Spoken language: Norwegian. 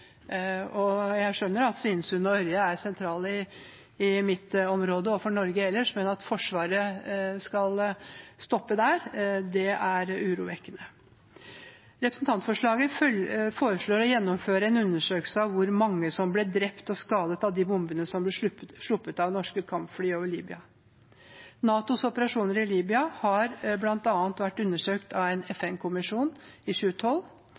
oppsiktsvekkende. Jeg skjønner at Svinesund og Ørje er sentrale i mitt område og for Norge ellers, men at Forsvaret skal stoppe der, er urovekkende. Representantforslaget foreslår å gjennomføre en undersøkelse av hvor mange som ble drept og skadet av de bombene som ble sluppet av norske kampfly over Libya. NATOs operasjoner i Libya har bl.a. vært undersøkt av en FN-kommisjon i 2012,